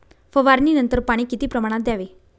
फवारणीनंतर पाणी किती प्रमाणात द्यावे?